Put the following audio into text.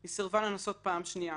היא סירבה לנסות פעם שנייה.